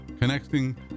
connecting